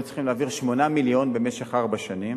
צריכים להעביר 8 מיליון במשך ארבע שנים,